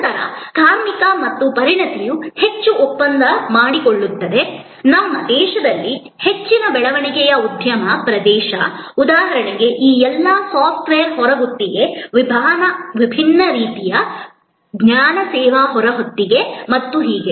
ನಂತರ ಕಾರ್ಮಿಕ ಮತ್ತು ಪರಿಣತಿಯು ಹೆಚ್ಚು ಒಪ್ಪಂದ ಮಾಡಿಕೊಳ್ಳುತ್ತದೆ ನಮ್ಮ ದೇಶದಲ್ಲಿ ಹೆಚ್ಚಿನ ಬೆಳವಣಿಗೆಯ ಉದ್ಯಮ ಪ್ರದೇಶ ಉದಾಹರಣೆಗೆ ಈ ಎಲ್ಲಾ ಸಾಫ್ಟ್ವೇರ್ ಹೊರಗುತ್ತಿಗೆ ವಿಭಿನ್ನ ರೀತಿಯ ಜ್ಞಾನ ಸೇವಾ ಹೊರಗುತ್ತಿಗೆ ಮತ್ತು ಹೀಗೆ